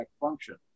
function